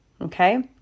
Okay